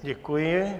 Děkuji.